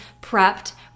prepped